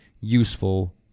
useful